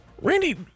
Randy